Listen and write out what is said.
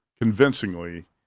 convincingly